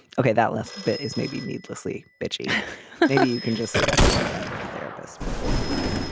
ok. that last bit is maybe needlessly bitchy. maybe you can just say that to a friend or a therapist beforehand.